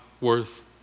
worth